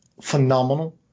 Phenomenal